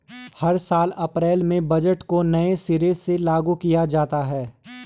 हर साल अप्रैल में बजट को नये सिरे से लागू किया जाता है